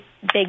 big